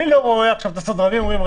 את הסדרנים שאומרים,